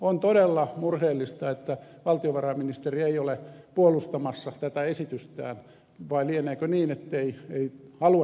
on todella murheellista että valtiovarainministeri ei ole puolustamassa tätä esitystään vai lieneekö niin että ei halua tulla puolustamaan